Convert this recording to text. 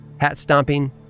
Hat-stomping